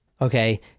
okay